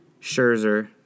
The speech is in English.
Scherzer